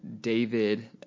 David